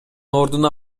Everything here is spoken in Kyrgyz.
ордуна